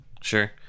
Sure